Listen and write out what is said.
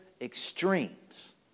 extremes